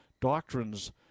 doctrines